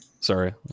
Sorry